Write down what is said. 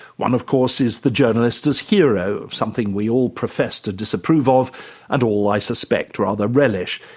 one of course is the journalist as hero, something we all profess to disapprove of and all, i suspect, rather relish.